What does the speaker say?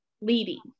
leading